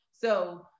So-